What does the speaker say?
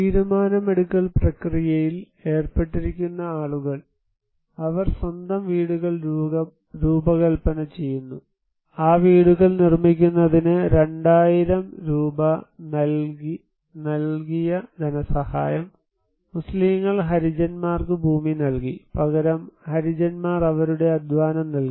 തീരുമാനമെടുക്കൽ പ്രക്രിയയിൽ ഏർപ്പെട്ടിരിക്കുന്ന ആളുകൾ അവർ സ്വന്തം വീടുകൾ രൂപകൽപ്പന ചെയ്യുന്നു ഈ വീടുകൾ നിർമ്മിക്കുന്നതിന് 2000 രൂപ നൽകിയ ധനസഹായം മുസ്ലീങ്ങൾ ഹരിജന്മാർക്ക് ഭൂമി നൽകി പകരം ഹരിജന്മാർ അവരുടെ അധ്വാനം നൽകി